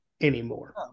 anymore